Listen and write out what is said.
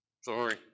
Sorry